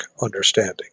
understanding